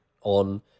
on